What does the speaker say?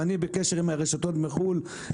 ואני בקשר עם רשתות מחו"ל,